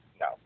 no